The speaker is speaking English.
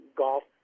golf